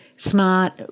smart